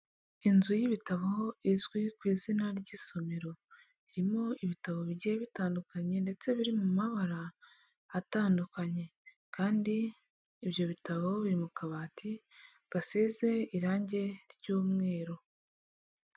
Inzu y'ibitabo izwi ku izina ry'isomero irimo ibitabo bigiye bitandukanye, ndetse biri mu mabara atandukanye kandi ibyo bitabo biri mu kabati gasize irangi ry'umweru.